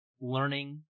learning